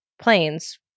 planes